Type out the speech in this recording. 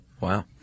Wow